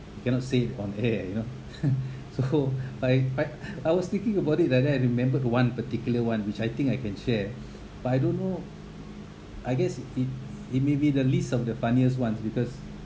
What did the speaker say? you cannot say it on air you know so I I I was thinking about it like that I remembered one particular one which I think I can share but I don't know I guess it it may be the least of the funniest ones because